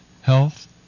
health